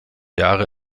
jahre